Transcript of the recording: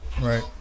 Right